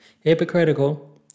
Hypocritical